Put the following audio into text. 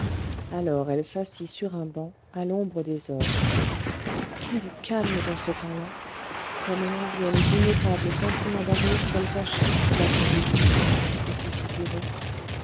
alors elle s'assit sur un banc à l'ombre des ormes quel calme dans ce temps-là comme elle enviait les ineffables sentiments d'amour qu'elle tâchait d'après des livres de se figurer